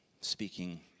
speaking